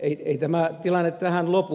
ei tämä tilanne tähän lopu